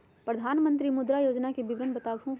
प्रधानमंत्री मुद्रा योजना के विवरण बताहु हो?